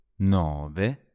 nove